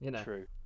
True